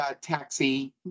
taxi